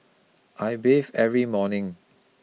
I bathe every morning